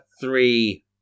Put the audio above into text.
three